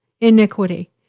iniquity